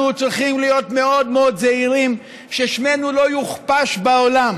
אנחנו צריכים להיות מאוד מאוד זהירים ששמנו לא יוכפש בעולם.